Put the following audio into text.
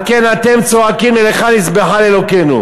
על כן אתם צועקים נלכה נזבחה לאלוקינו.